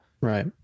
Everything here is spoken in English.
Right